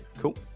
cool.